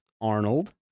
Arnold